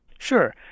Sure